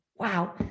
wow